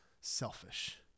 selfish